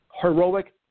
Heroic